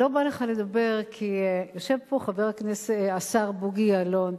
לא בא לך לדבר, כי יושב פה השר בוגי יעלון,